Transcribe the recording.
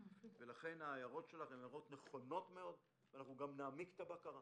לכן ההערות שלך נכונות מאוד ואנחנו גם נעמיק את הבקרה.